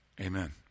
Amen